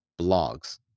blogs